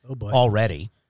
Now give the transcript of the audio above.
already